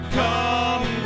come